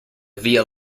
via